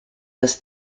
this